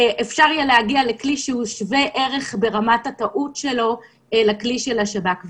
אפשר יהיה להגיע לכלי שהוא שווה ערך ברמת הטעות שלו לכלי של השב"כ.